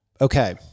Okay